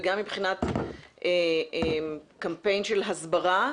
וגם מבחינת קמפיין של הסברה.